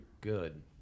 good